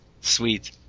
Sweet